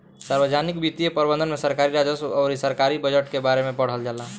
सार्वजनिक वित्तीय प्रबंधन में सरकारी राजस्व अउर सरकारी बजट के बारे में पढ़ल जाला